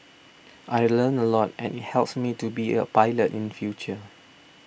I learnt a lot and it helps me to be a pilot in future